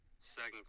Second